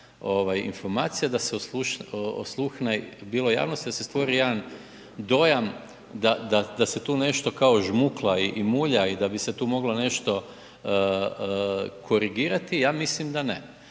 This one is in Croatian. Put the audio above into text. informacija da se osluhne bilo javnosti, da se stvori jedan dojam da se tu nešto kao žmukla i mulja i da bi se tu moglo nešto korigirati. Ja mislim da ne,